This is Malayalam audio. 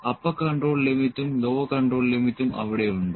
അപ്പർ കൺട്രോൾ ലിമിറ്റും ലോവർ കൺട്രോൾ ലിമിറ്റും അവിടെ ഉണ്ട്